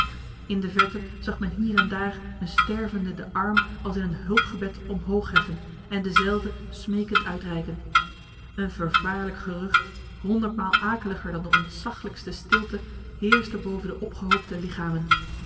in de verte zag men hier en daar een stervende de arm als in een hulpgebed omhoogheffen en dezelve smekend uitreiken een vervaarlijk gerucht honderdmaal akeliger dan de ontzaglijkste stilte heerste boven de opgehoopte lichamen